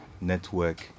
network